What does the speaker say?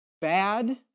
Bad